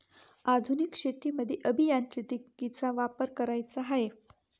आधुनिक शेतीमध्ये अभियांत्रिकीचा वापर करायचा आहे